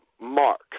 Mark